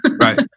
Right